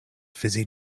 fizzy